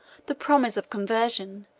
the promise of conversion,